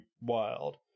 wild